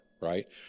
right